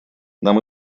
нам